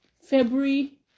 February